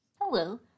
Hello